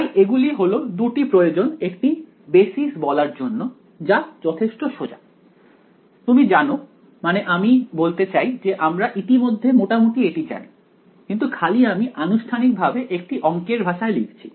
তাই এগুলি হল দুটি প্রয়োজন একটি বেসিস বলার জন্য যা যথেষ্ট সোজা তুমি জানো মানে আমি বলতে চাই যে আমরা ইতিমধ্যেই মোটামুটি এটি জানি কিন্তু খালি আমি আনুষ্ঠানিকভাবে একটি অংকের ভাষায় লিখছি